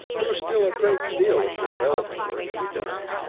there was still a great deal of development work to be done.